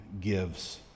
gives